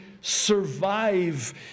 survive